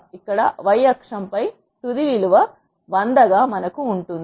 ఇక్కడ y అక్షం పై తుది విలువ 100 గా మనకు ఉంటుంది